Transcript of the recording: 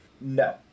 No